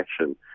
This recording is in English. action